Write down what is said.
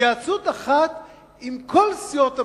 בהתייעצות אחת עם כל סיעות הבית,